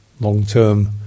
long-term